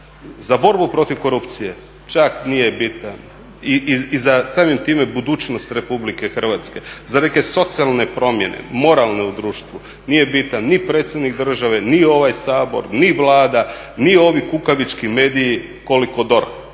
za borbu protiv korupcije čak nije bitan i samim time budućnost RH, za neke socijalne promjene, moralne u društvu nije bitan ni predsjednik države, ni ovaj Sabor, ni Vlada, ni ovi kukavički mediji koliko DORH.